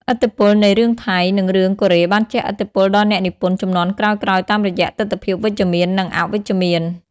ឥទ្ធិពលនៃរឿងថៃ និងរឿងកូរ៉េបានជះឥទ្ធិពលដល់អ្នកនិពន្ធជំនាន់ក្រោយៗតាមរយៈទិដ្ឋភាពវិជ្ជមាន និងអវិជ្ជមាន។